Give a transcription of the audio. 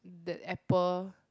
that apple